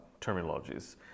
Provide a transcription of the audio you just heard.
terminologies